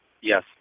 Yes